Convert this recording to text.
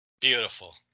Beautiful